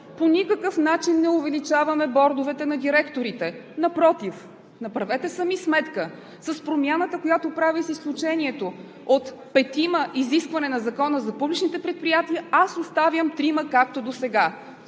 По никакъв начин не увеличаваме бордовете на директорите. Напротив, направете сами сметка. С промяната, която правя, и с изключението от петима – изискване на Закона за публичните предприятия, аз оставям трима, както досега,